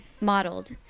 modeled